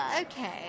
Okay